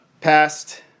passed